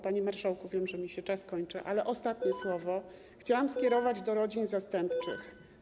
Panie marszałku wiem, że mi się czas kończy, ale ostatnie słowo chciałam skierować do rodzin zastępczych.